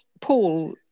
Paul